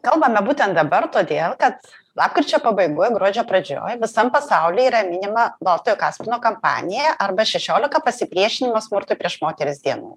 kalbame būtent dabar todėl kad lapkričio pabaigoj gruodžio pradžioj visam pasauly yra minima baltojo kaspino kampanija arba šešiolika pasipriešinimo smurtui prieš moteris dienų